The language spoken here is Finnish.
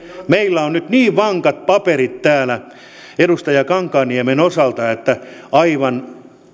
meillä on nyt niin vankat paperit täällä edustaja kankaanniemen osalta että aivan